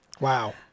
Wow